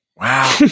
Wow